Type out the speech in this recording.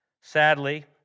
Sadly